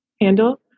handle